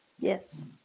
Yes